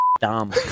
dumb